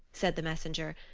said the messenger,